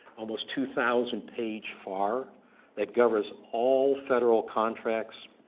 almost two thousand page far that governs all federal contracts